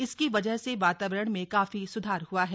इसकी वजह से वातावरण में काफी सुधार हुआ है